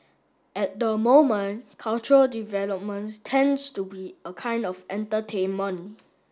at the moment cultural development tends to be a kind of entertainment